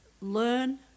learn